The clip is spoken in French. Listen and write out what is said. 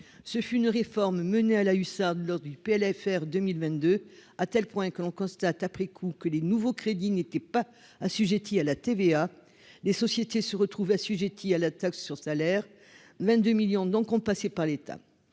ce fut une réforme menée à la hussarde lors du PLFR 2022 à tel point que l'on constate après coup que les nouveaux crédits n'étaient pas assujettis à la TVA des sociétés se retrouve assujetti à la taxe sur salaire 22 millions donc on passait par l'État,